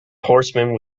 horseman